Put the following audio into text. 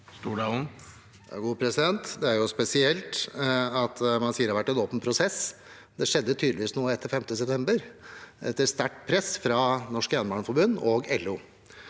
Det er jo spesi- elt at man sier at det har vært en åpen prosess. Det skjedde tydeligvis noe etter 5. september, etter sterkt press fra Norsk Jernbaneforbund og LO.